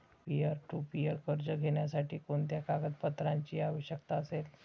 Peer to peer कर्ज घेण्यासाठी कोणत्या कागदपत्रांची आवश्यकता असेल?